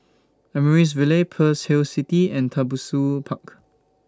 Amaryllis Ville Pearl's Hill City and Tembusu Park